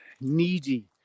needy